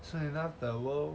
soon enough the world